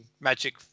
Magic